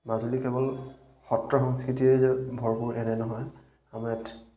মাজুলী কেৱল সত্ৰ সংস্কৃতিৰে যে ভৰপূৰ এনে নহয় আমাৰ ইয়াত